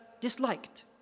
disliked